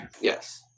Yes